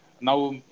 Now